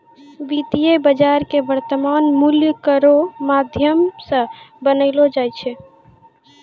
वित्तीय बाजार क वर्तमान मूल्य केरो माध्यम सें बनैलो जाय छै